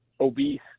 obese